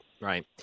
Right